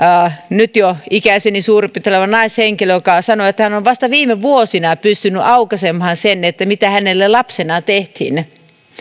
nyt jo suurin piirtein ikäiseni naishenkilö joka sanoi että hän on on vasta viime vuosina pystynyt aukaisemaan sen mitä hänelle lapsena tehtiin